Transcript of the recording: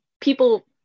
people